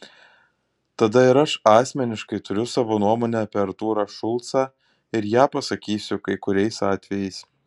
tada ir aš asmeniškai turiu savo nuomonę apie artūrą šulcą ir ją pasakysiu kai kuriais atvejais